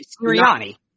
Sirianni